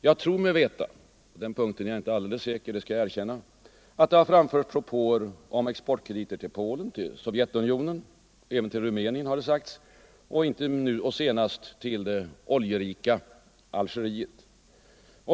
Jag tror mig veta — på den punkten är jag inte alldeles säker — att det har framförts propåer om exportkrediter till Polen, Sovjetunionen, även till Rumänien, har det sagts, och senast till det oljerika Algeriet.